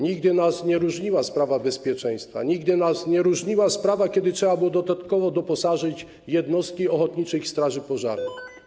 Nigdy nas nie różniła sprawa bezpieczeństwa, nigdy nas to nie różniło, kiedy trzeba były dodatkowo doposażyć jednostki ochotniczych straży pożarnych.